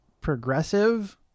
progressive